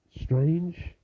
strange